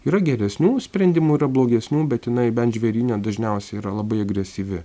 yra geresnių sprendimų yra blogesnių bet jinai bent žvėryne dažniausiai yra labai agresyvi